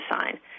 sign